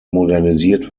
modernisiert